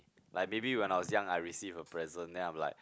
like maybe when I was young I receive a present then I am like